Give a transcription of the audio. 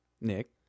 Nick